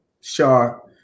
sharp